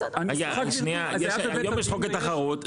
היום יש חוק התחרות,